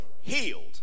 healed